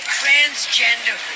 transgender